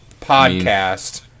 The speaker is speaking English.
podcast